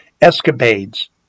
escapades